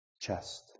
chest